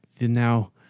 now